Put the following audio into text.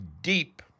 deep